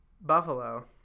Buffalo